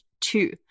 two